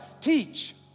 teach